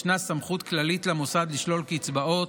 ישנה סמכות כללית למוסד לשלול קצבאות